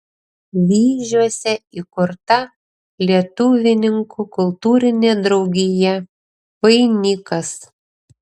vyžiuose įkurta lietuvininkų kultūrinė draugija vainikas